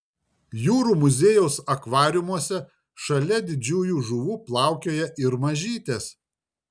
jūrų muziejaus akvariumuose šalia didžiųjų žuvų plaukioja ir mažytės